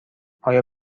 آیا